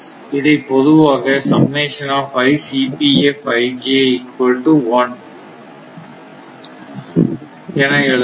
இதை பொதுவாக என எழுதலாம்